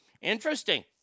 Interesting